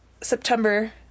September